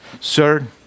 Sir